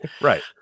right